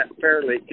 fairly